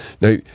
Now